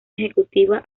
ejecutiva